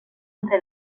entre